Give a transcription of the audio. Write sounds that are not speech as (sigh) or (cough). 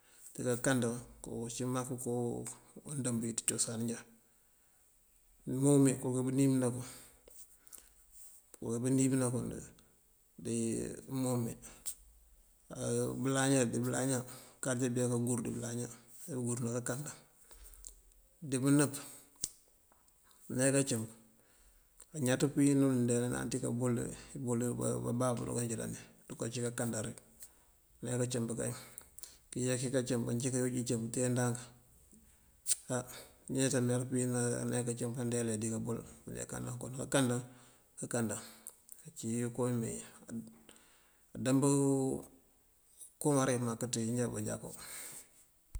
Kákanda koo ací mak koowu undëëmb wí ţí cosan injá, múumi kuki këníibëna kun dí (hesitation) múumi bëlaña dí bëlaña bákáaţ ajáţ buyá káaŋur dí bëlaña ajá bëëŋurëna kákanda. Dí bëënëp, uler káancimp añaţ pewín níinţ nëëndeelan ţí pëëbol, ibol bababú (unintelligible) duka cí kákanda rek. Uler káancimp kay, ţindiyá ţí ací kaayooj icimp tee ndank, á ineeţa awín nayá káancimp nandeelan dí ubol. (unintelligible) Kákanda, kákanda ací kowí mee (hesitation) andëëmb koo uwáare mak ţí injá manjakú.